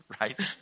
right